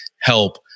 help